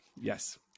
Yes